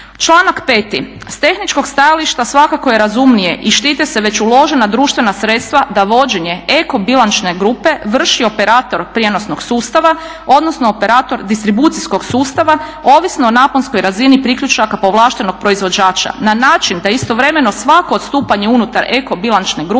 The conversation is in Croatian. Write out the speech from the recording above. Članak 5. S tehničkog stajališta svakako je razumnije i štite se već uložena društvena sredstva da vođenje eko bilančne grupe vrši operator prijenosnog sustava odnosno operator distribucijskog sustava ovisno o naponskoj razini priključaka povlaštenog proizvođača na način da istovremeno svako odstupanje unutar eko bilančne grupe